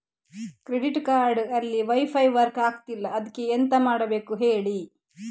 credit card ಅಲ್ಲಿ wifi work ಆಗ್ತಿಲ್ಲ ಅದ್ಕೆ ಎಂತ ಮಾಡಬೇಕು ಹೇಳಿ